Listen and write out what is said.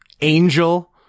angel